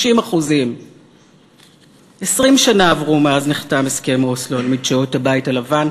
60%. 20 שנה עברו מאז נחתם הסכם אוסלו על מדשאות הבית הלבן.